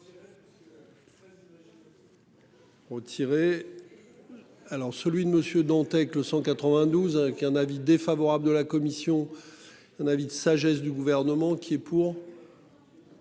Une. Alors celui de Monsieur Dantec le 192 qu'un avis défavorable de la commission. Un avis de sagesse du gouvernement qui est pour.